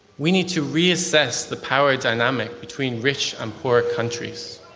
we need to re-assess the power dynamic between rich and poor countries.